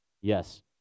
Yes